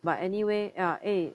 but anyway ya eh